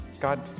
God